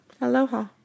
Aloha